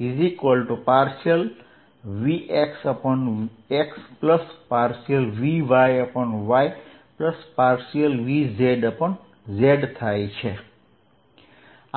vx∂xy∂yz∂zxvxyvyzvzvx∂xvy∂yvz∂z